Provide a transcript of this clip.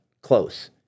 close